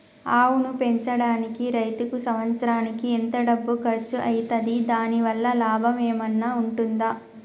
ఆవును పెంచడానికి రైతుకు సంవత్సరానికి ఎంత డబ్బు ఖర్చు అయితది? దాని వల్ల లాభం ఏమన్నా ఉంటుందా?